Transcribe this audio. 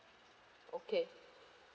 okay